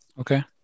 okay